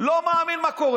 לא זה המצב.